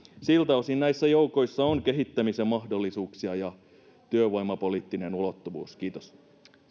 siltä osin näissä joukoissa on kehittämisen mahdollisuuksia ja työvoimapoliittinen ulottuvuus kiitos